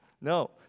no